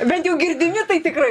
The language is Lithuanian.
bent jau girdimi tai tikrai